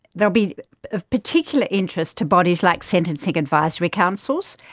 they will be of particular interest to bodies like sentencing advisory councils,